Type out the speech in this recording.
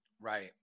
Right